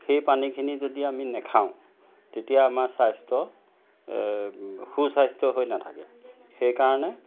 সেই পানীখিনি যদি আমি নেখাওঁ তেতিয়া আমাৰ স্বাস্থ্য সু স্বাস্থ্য হৈ নাথাকে সেইকাৰণে